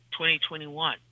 2021